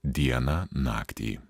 dieną naktį